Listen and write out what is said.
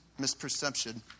misperception